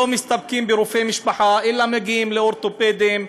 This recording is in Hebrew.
לא מסתפקים ברופא משפחה אלא מגיעים לאורתופדים,